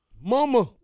mama